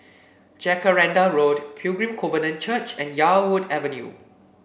Jacaranda Road Pilgrim Covenant Church and Yarwood Avenue